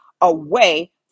away